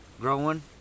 growing